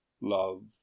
love